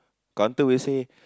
counter will say